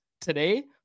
today